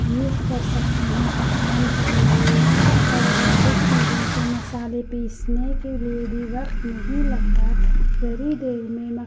use کر سکتے ہیں پکوان کے لیے اور الیکٹرک چیزوں سے مصالحے پیسنے کے لیے بھی وقت نہیں لگتا تھوڑی دیر میں